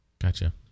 gotcha